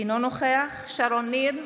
אינו נוכח שרון ניר,